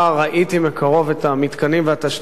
ראיתי מקרוב את המתקנים ואת התשתיות,